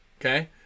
Okay